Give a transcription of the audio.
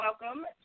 welcome